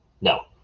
No